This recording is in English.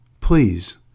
please